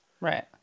Right